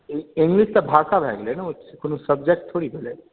English तऽ भाषा भए गेलै ने ई कोनो सब्जेक्ट थोड़े भेलै